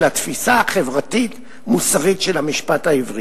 התפיסה החברתית-מוסרית של המשפט העברי.